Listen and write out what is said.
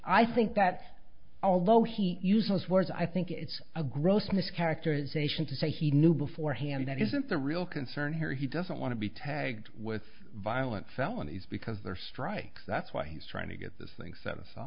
i think that although he used those words i think it's a gross mischaracterization to say he knew beforehand that isn't the real concern here he doesn't want to be tagged with violent felonies because there strike that's why he's trying to get this thing s